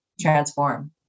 transform